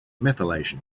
methylation